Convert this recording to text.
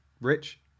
Rich